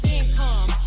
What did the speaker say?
income